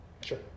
sure